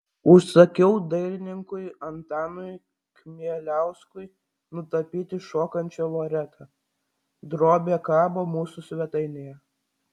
užsakiau dailininkui antanui kmieliauskui nutapyti šokančią loretą drobė kabo mūsų svetainėje